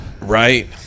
Right